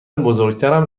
بزرگترم